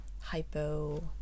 hypo